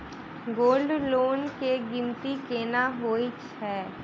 Gold loan केँ गिनती केना होइ हय?